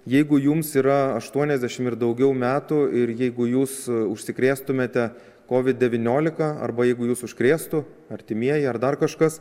jeigu jums yra aštuoniasdešim ir daugiau metų ir jeigu jūs užsikrėstumėte covid devyniolika arba jeigu jus užkrėstų artimieji ar dar kažkas